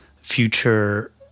future